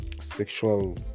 sexual